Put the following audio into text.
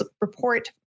report